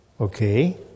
Okay